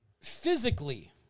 Physically